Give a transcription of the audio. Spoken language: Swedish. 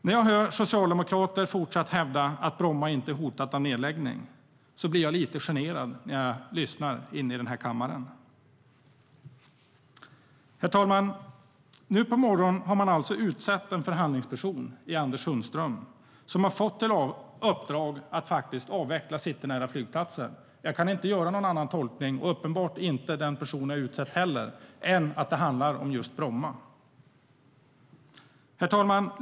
När jag hör socialdemokrater fortsatt hävda i den här kammaren att Bromma inte är hotat av nedläggning blir jag lite generad. Herr talman!